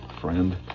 friend